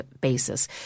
basis